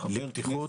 לבטיחות